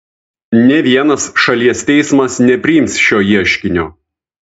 nė vienas šalies teismas nepriims šio ieškinio